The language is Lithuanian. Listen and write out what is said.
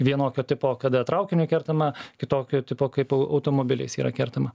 vienokio tipo kada traukiniu kertama kitokio tipo kaip automobiliais yra kertama